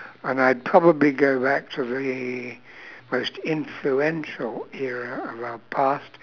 and I probably go back to the most influential era of our past